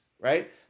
right